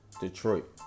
Detroit